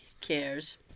cares